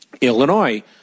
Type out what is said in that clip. Illinois